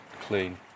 clean